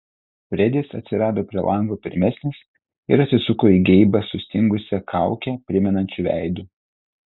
fredis atsirado prie lango pirmesnis ir atsisuko į geibą sustingusią kaukę primenančiu veidu